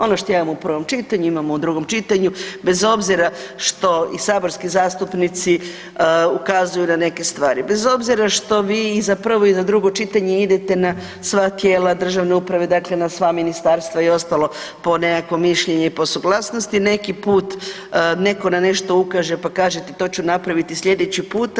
Ono što imamo u prvom čitanju, imamo u drugom čitanju bez obzira što i saborski zastupnici ukazuju na neke stvari, bez obzira što vi i za prvo i za drugo čitanje idete na sva tijela državne uprave dakle na sva ministarstva i ostalo po nekako mišljenje i po suglasnosti, neki put netko na nešto ukaže pa kažete to ću napraviti sljedeći puta.